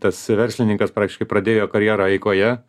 tas verslininkas praktiškai pradėjo karjerą eikoje